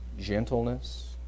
gentleness